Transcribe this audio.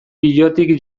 pilotik